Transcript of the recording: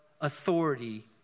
authority